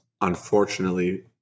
unfortunately